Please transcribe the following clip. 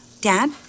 Dad